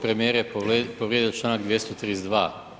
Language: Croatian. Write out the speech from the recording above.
Premijer je povrijedio članak 232.